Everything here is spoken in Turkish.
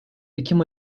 ekim